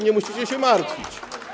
Nie musicie się martwić.